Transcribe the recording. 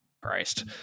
Christ